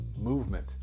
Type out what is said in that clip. movement